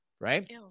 right